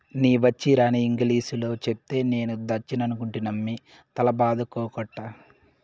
నీ వచ్చీరాని ఇంగిలీసులో చెప్తే నేను దాచ్చనుకుంటినమ్మి తల బాదుకోకట్టా